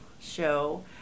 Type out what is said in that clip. show